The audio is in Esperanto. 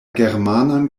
germanan